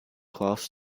class